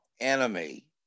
enemy